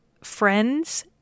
friends